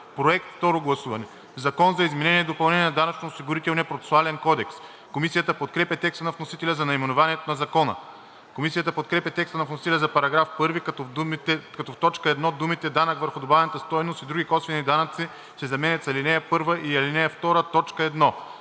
ноември 2022 г.“ „Закон за изменение и допълнение на Данъчно-осигурителния процесуален кодекс“. Комисията подкрепя текста на вносителя за наименованието на Закона. Комисията подкрепя текста на вносителя за § 1, като в т. 1 думите „данък върху добавената стойност и други косвени данъци“ се заменят с „ал. 1 и ал. 2, т. 1.“